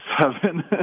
seven